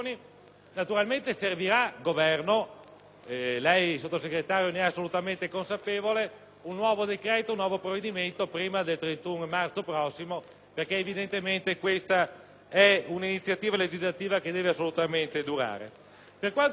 dal Sottosegretario, che né è assolutamente consapevole - un nuovo decreto e un nuovo provvedimento prima del 31 marzo prossimo perché evidentemente questa è un'iniziativa legislativa che deve assolutamente durare. Per quanto riguarda l'ICI sui fabbricati rurali,